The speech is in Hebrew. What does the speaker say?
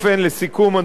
אדוני היושב-ראש,